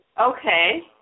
Okay